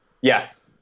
Yes